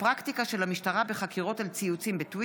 איתמר בן גביר בנושא: הפרקטיקה של המשטרה בחקירות על ציוצים בטוויטר.